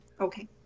Okay